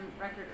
record